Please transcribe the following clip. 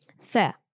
Fair